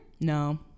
No